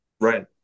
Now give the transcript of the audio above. Right